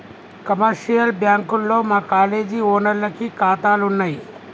commercial బ్యాంకుల్లో మా college ఓనర్లకి కాతాలున్నయి